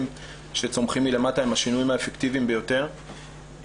שצומחים מלמטה הם השינויים האפקטיביים ביותר.